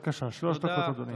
בבקשה, שלוש דקות, אדוני.